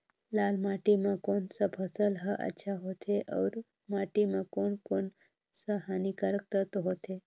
लाल माटी मां कोन सा फसल ह अच्छा होथे अउर माटी म कोन कोन स हानिकारक तत्व होथे?